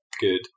good